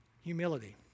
Humility